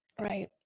Right